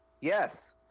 Yes